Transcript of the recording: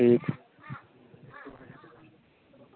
ठीक